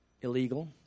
illegal